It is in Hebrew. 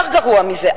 יותר גרוע מזה.